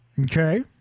Okay